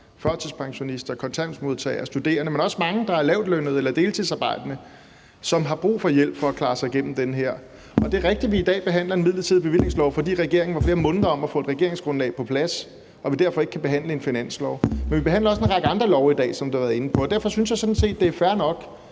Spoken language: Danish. førtidspensionister, kontanthjælpsmodtagere, studerende, men også mange, der er lavtlønnede eller deltidsarbejdende, som har brug for hjælp for at klare sig igennem det her. Det er rigtigt, at vi i dag behandler en midlertidig bevillingslov, fordi regeringen var flere måneder om at få et regeringsgrundlag på plads og vi af den grund ikke kan behandle en finanslov. Men vi behandler, som man har været inde på, også en række andre love i dag, og derfor synes jeg sådan set, det er fair nok,